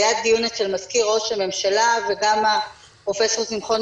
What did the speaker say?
היה דיון אצל מזכיר ראש-הממשלה וגם הפרופסור שמחון,